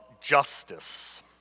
justice